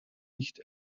nicht